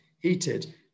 heated